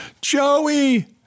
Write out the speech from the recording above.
Joey